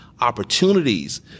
opportunities